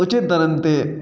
उचित दलनि ते